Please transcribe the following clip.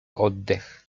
oddech